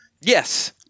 Yes